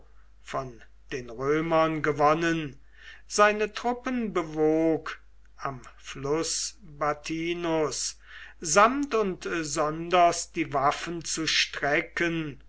von den römern gewonnen seine truppen bewog am fluß bathinus samt und sonders die waffen zu strecken